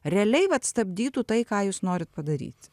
realiai vat stabdytų tai ką jūs norit padaryt